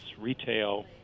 retail